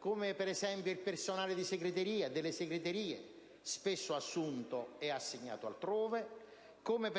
Penso ad esempio, al personale delle segreterie, spesso assunto e assegnato altrove, o al